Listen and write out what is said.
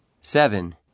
Seven